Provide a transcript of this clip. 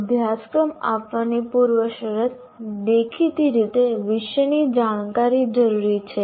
અભ્યાસક્રમ આપવાની પૂર્વશરત દેખીતી રીતે વિષયની જાણકારી જરૂરી છે